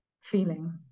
feeling